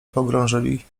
pogrążyli